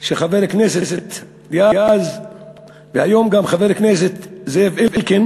של חבר הכנסת דאז והיום חבר הכנסת זאב אלקין